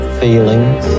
feelings